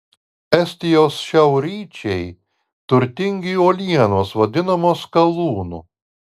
estijos šiaurryčiai turtingi uolienos vadinamos skalūnu